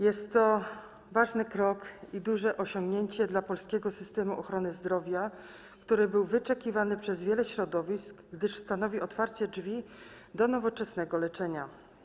Jest to ważny krok i duże osiągnięcia dla polskiego systemu ochrony zdrowia, który był wyczekiwany przez wiele środowisk, gdyż stanowi otwarcie drzwi do nowoczesnego leczenia.